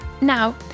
Now